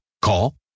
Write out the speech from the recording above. Call